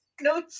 No